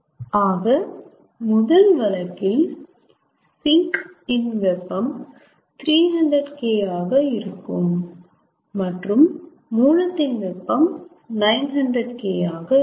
ஆக முதல் வழக்கில் சிங்க் இன் வெப்பம் 300K ஆக இருக்கும் மற்றும் மூலத்தின் வெப்பம் 900K ஆக இருக்கும்